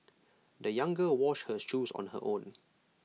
the young girl washed her shoes on her own